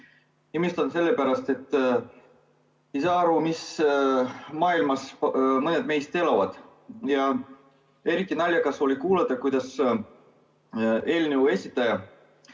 Imestan sellepärast, et ei saa aru, mis maailmas mõned meist elavad. Eriti naljakas oli kuulata, kuidas eelnõu esitaja